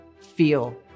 feel